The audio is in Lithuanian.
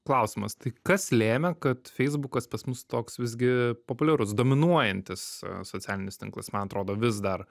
klausimas tai kas lėmė kad feisbukas pas mus toks visgi populiarus dominuojantis socialinis tinklas man atrodo vis dar